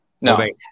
No